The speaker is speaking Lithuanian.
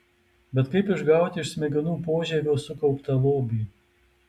bet kaip išgauti iš smegenų požievio sukauptą lobį